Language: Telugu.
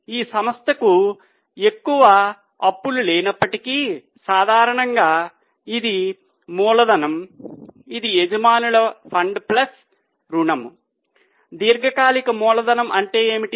ఈ సంస్థకు ఎక్కువ అప్పులు లేనప్పటికీ సాధారణంగా ఇది మూలధనం ఇది యజమానుల ఫండ్ ప్లస్ రుణం దీర్ఘకాలిక మూలధనం అంటే ఏమిటి